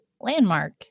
landmark